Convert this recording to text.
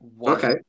Okay